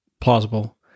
plausible